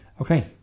okay